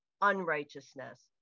unrighteousness